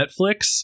netflix